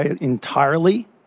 entirely